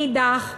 ומאידך גיסא,